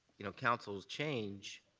you know, councils change,